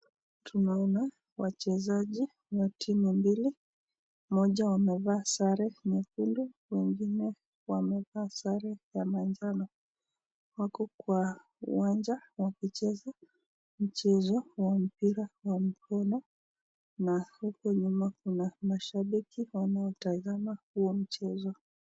Tunaona wachezaji wa timu mbili, moja wamevaa sare nyekundu, wengine wamevaa sare ya manjano, wako kwa uwanja wakicheza mchezo wa mpira wa mkono na huku nyuma kuna mashabiki wanaotazama huo mchezo.